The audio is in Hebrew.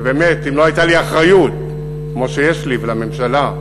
ובאמת, אם לא הייתה אחריות כמו שיש לי ולממשלה,